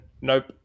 nope